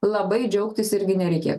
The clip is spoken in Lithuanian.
labai džiaugtis irgi nereikia